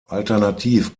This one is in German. alternativ